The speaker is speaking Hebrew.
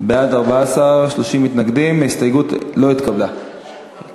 להסתייגות הבאה, הסתייגות 29, לסעיף 8. מי בעד?